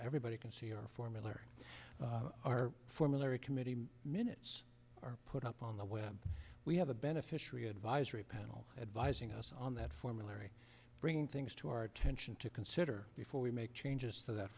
everybody can see our formulary our formulary committee minutes are put up on the web we have a beneficiary advisory panel advising yes on that formulary bringing things to our attention to consider before we make changes to that